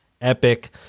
epic